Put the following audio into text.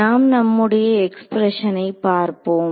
நாம் நம்முடைய எக்ஸ்பிரஷனை பார்ப்போம்